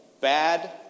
Bad